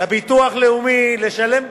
לביטוח לאומי לשלם,